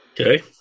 Okay